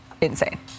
insane